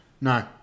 No